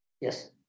Yes